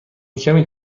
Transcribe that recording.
کمی